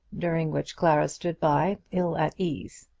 during which clara stood by, ill at ease.